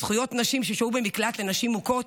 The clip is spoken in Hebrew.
זכויות נשים ששהו במקלט לנשים מוכות,